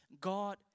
God